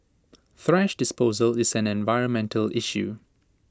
thrash disposal is an environmental issue